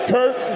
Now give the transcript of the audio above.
Kurt